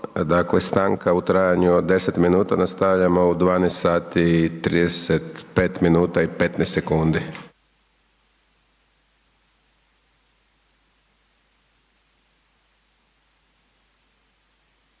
stanka u trajanju od 10 minuta, nastavljamo u 12 sati i 35 minuta i 15 sekundi.